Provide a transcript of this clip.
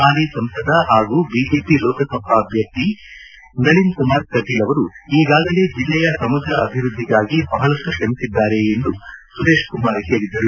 ಹಾಲಿ ಸಂಸದ ಹಾಗೂ ಬಿಜೆಪಿ ಲೋಕಸಭಾ ಅಭ್ಯರ್ಥಿ ನಳಿನ್ ಕುಮಾರ್ ಕಟೀಲ್ ಅವರು ಈಗಾಗಲೇ ಜಿಲ್ಲೆಯ ಸಮಗ್ರ ಅಭಿವೃದ್ಧಿಗಾಗಿ ಬಹಳಷ್ಠು ಶೃಮಿಸಿದ್ದಾರೆ ಎಂದರು